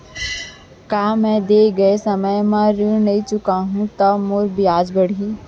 का मैं दे गए समय म ऋण नई चुकाहूँ त मोर ब्याज बाड़ही?